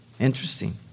Interesting